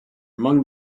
among